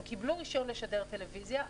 הם קיבלו רישיון לשדר טלוויזיה,